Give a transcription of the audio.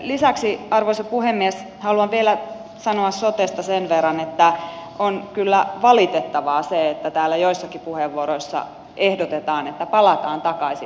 lisäksi arvoisa puhemies haluan vielä sanoa sotesta sen verran että on kyllä valitettavaa että täällä joissakin puheenvuoroissa ehdotetaan että palataan takaisin lähtöruutuun